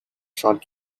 short